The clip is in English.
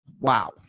wow